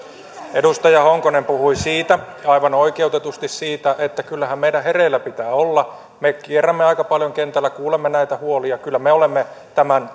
edustaja honkonen puhui aivan oikeutetusti siitä että kyllähän meidän hereillä pitää olla me kierrämme aika paljon kentällä kuulemme näitä huolia kyllä me olemme tämän